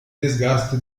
desgaste